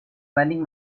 lending